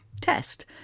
test